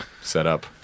setup